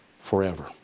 forever